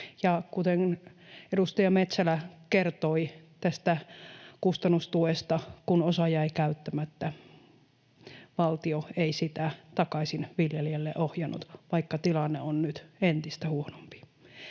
Kuten edustaja Mehtälä kertoi tästä kustannustuesta, kun osa jäi käyttämättä, valtio ei sitä takaisin viljelijälle ohjannut, vaikka tilanne on nyt entistä huonompi.